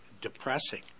depressing